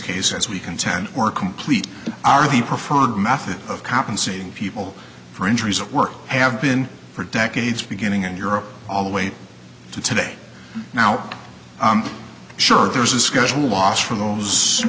case as we contend or complete are the preferred method of compensating people for injuries at work have been for decades beginning in europe all the way to today now i'm sure there's a schedule loss for those